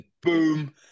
Boom